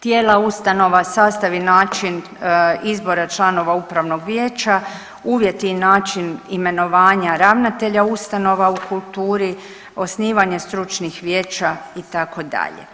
Tijela ustanova, sastav i način izbora članova upravnog vijeća, uvjeti i način imenovanja ravnatelja ustanova u kulturi, osnivanje stručnih vijeća, itd.